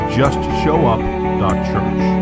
justshowup.church